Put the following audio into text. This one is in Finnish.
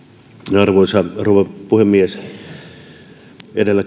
arvoisa rouva puhemies edellä